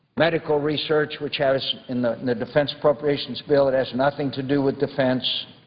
medical research, which has in the in the defense appropriations bill that has nothing to do with defense,